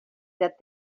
that